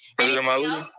president malauulu?